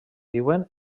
viuen